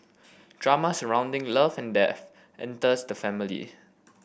drama surrounding love and death enters the family